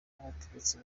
n’abategetsi